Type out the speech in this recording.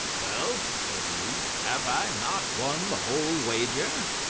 well, said he, have i not won the whole wager?